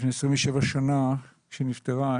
אחרי 27 שנים שהיא נפטרה,